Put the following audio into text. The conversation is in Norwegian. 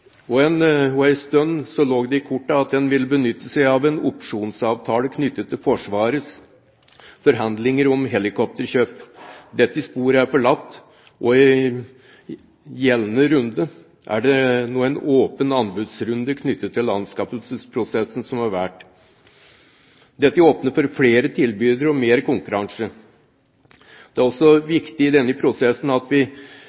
og en stund lå det i kortene at en ville benytte seg av en opsjonsavtale knyttet til Forsvarets forhandlinger om helikopterkjøp. Dette sporet er forlatt, og i gjeldende runde er det nå en åpen anbudsrunde knyttet til anskaffelsesprosessen som er valgt. Dette åpner for flere tilbydere og mer konkurranse. Det er også viktig i denne prosessen at vi